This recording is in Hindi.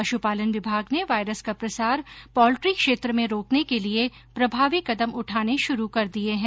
पशुपालन विभाग ने वायरस का प्रसार पॉल्ट्री क्षेत्र में रोकने के लिये प्रभावी कदम उठाने शुरू कर दिये हैं